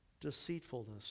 deceitfulness